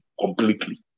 completely